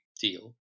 deal